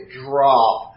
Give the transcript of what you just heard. drop